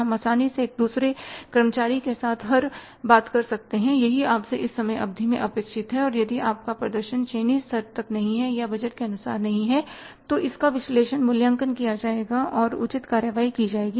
हम आसानी से एक दूसरे कर्मचारी के साथ पर हर बात कर सकते हैं यही आपसे इस समय अवधि में अपेक्षित है और यदि आपका प्रदर्शन चयनित स्तर तक नहीं है या बजट के अनुसार नहीं है तो इसका विश्लेषणमूल्यांकन किया जाएगा और उचित कार्रवाई की जाएगी